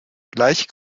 gleich